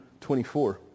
24